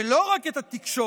ולא רק את התקשורת,